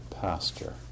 pasture